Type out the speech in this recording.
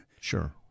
sure